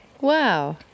Wow